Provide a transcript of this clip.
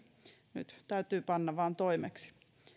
nyt täytyy panna vaan toimeksi